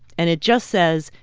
and it just says,